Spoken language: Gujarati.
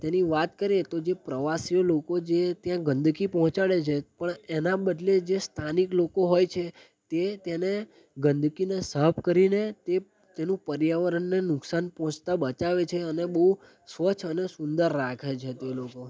તેની વાત કરીએ તો જે પ્રવાસીઓ લોકો જે ત્યાં ગંદકી પહોંચાડે છે પણ એના બદલે જે સ્થાનિક લોકો હોય છે તે તેને ગંદકીને સાફ કરીને તે તેનું પર્યાવરણને નુકશાન પહોંચતાં બચાવે છે અને બહુ સ્વચ્છ અને સુંદર રાખે છે તે લોકો